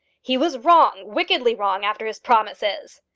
he was wrong, wickedly wrong, after his promises.